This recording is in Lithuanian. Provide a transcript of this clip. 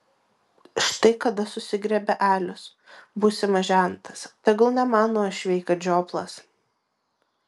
štai kada susigriebia alius būsimas žentas tegul nemano uošviai kad žioplas